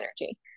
energy